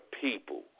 people